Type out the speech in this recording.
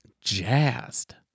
jazzed